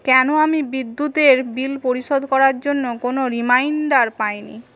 কেন আমি বিদ্যুতের বিল পরিশোধ করার জন্য কোনো রিমাইন্ডার পাই নি